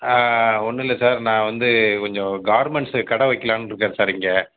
ஒன்றும் இல்லை சார் நான் வந்து கொஞ்சம் கார்மெண்ட்ஸு கடை வைக்கலான்ட்டு இருக்கேன் சார் இங்கே